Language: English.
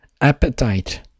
appetite